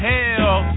Hell